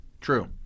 True